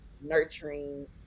nurturing